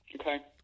Okay